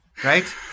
Right